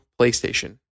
playstation